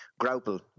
Graupel